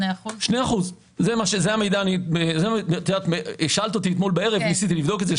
2%. שאלת אותי אתמול בערב, ניסיתי לבדוק את זה.